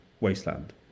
wasteland